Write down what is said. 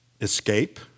Escape